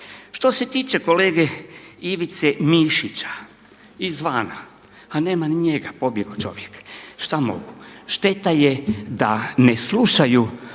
Što se tiče kolegice Ivice Mišića izvana, a nema ni njega, pobjegao čovjek, šta mogu, šteta je da ne slušaju